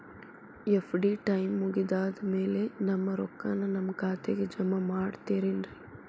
FD time ಮುಗಿದಾದ್ ಮ್ಯಾಲೆ ನಮ್ ರೊಕ್ಕಾನ ನಮ್ ಖಾತೆಗೆ ಜಮಾ ಮಾಡ್ತೇರೆನ್ರಿ?